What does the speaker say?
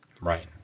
Right